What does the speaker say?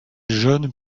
jeunes